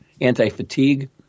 anti-fatigue